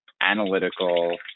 Analytical